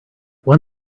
one